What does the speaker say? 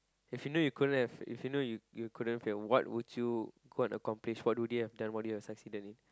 if you knew couldn't have if you knew you couldn't fail what would you accomplish what would you have done what would you have succeeded in